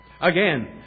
Again